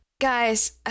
guys